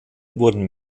wurden